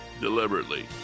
deliberately